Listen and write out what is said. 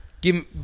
Give